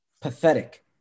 pathetic